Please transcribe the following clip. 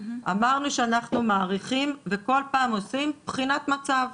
אמרנו שאנחנו מאריכים וכל פעם עושים בחינת מצב.